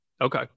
okay